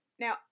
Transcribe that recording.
Now